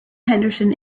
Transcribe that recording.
henderson